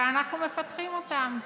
אבל אנחנו מפתחים אותם.